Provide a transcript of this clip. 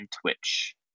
twitch